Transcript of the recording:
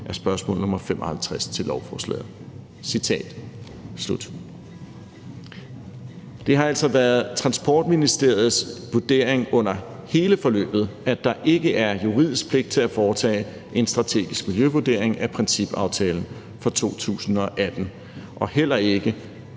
af spørgsmål nr. 55 til lovforslaget.« Kl. 15:04 Det har altså været Transportministeriets vurdering under hele forløbet, at der ikke er juridisk pligt til at foretage en strategisk miljøvurdering af principaftalen fra 2018 og heller ikke